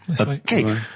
Okay